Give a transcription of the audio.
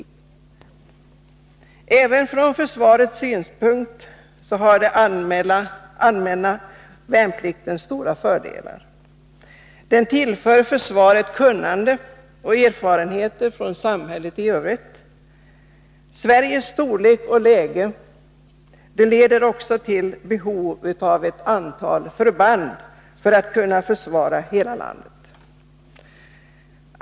Även från försvarets synpunkt har den allmänna värnplikten stora fördelar. Den tillför försvaret kunnande och erfarenheter från samhället i övrigt. Sveriges storlek och läge leder också till behov av ett antal förband för att kunna försvara hela landet.